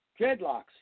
Dreadlocks